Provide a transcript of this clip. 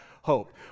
hope